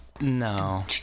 No